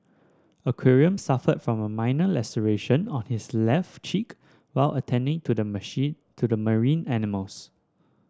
aquarium suffered from a minor laceration on his left cheek while attending to the machine to the marine animals